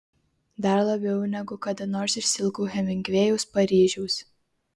dar labiau negu kada nors išsiilgau hemingvėjaus paryžiaus